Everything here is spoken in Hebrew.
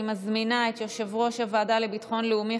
אני מזמינה את יושב-ראש הוועדה לביטחון לאומי,